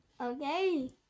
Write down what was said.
Okay